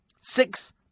Six